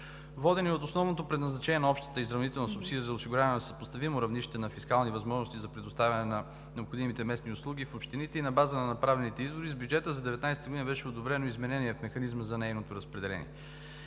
Водени от основното предназначение на общата изравнителна субсидия за осигуряване на съпоставимо равнище на фискални възможности за предоставяне на необходимите местни услуги в общините и на база на направените изводи с бюджет 2019 г. беше одобрено изменение в механизма за нейното разпределение.